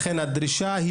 לכן הדרישה,